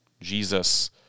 Jesus